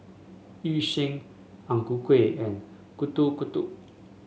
Yu Sheng Ang Ku Kueh and Getuk Getuk